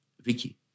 Vicky